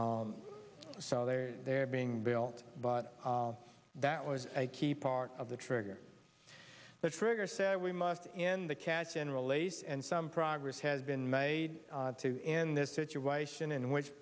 so they're they're being built but that was a key part of the trigger the trigger said we must in the catch and release and some progress has been made to in this situation in which